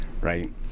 right